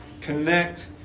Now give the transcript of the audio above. connect